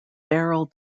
barrel